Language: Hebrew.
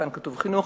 כאן כתוב "חינוך",